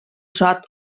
sot